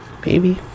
Baby